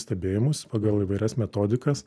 stebėjimus pagal įvairias metodikas